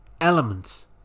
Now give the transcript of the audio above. Elements